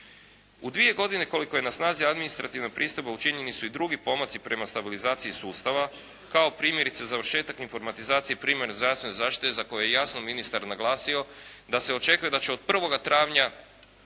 U dvije godine koliko je na snazi administrativan pristup učinjeni su i drugi pomaci prema stabilizaciji sustava kao primjerice završetak informatizacije primarne zdravstvene zaštite za koje je jasno ministar naglasio da se očekuje da će od prvoga travnja